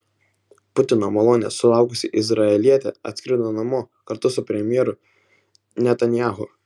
putino malonės sulaukusi izraelietė atskrido namo kartu su premjeru netanyahu